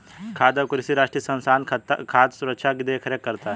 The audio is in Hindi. खाद्य और कृषि राष्ट्रीय संस्थान खाद्य सुरक्षा की देख रेख करता है